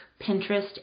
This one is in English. Pinterest